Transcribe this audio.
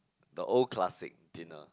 the old classic dinner